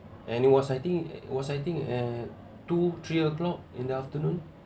and it was I think it was I think eh two three o'clock in the afternoon